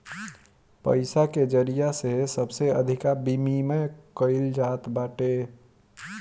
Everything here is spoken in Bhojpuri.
पईसा के जरिया से सबसे अधिका विमिमय कईल जात बाटे